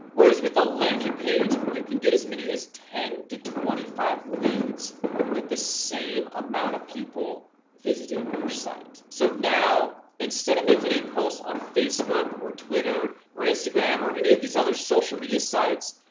whereas with the landing page, you can get as many as ten to twenty five leads with the same amount of people visiting your site. so, now, instead of making a post on facebook or twitter or instagram or any of these other social media sites,